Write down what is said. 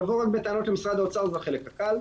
לבוא רק בטענות למשרד האוצר זה החלק הקל,